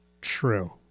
True